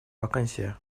вакансия